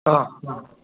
ஆ ஆ